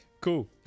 Cool